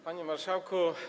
Panie Marszałku!